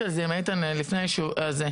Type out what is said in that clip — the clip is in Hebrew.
על זה עם איתן לפני הישיבה.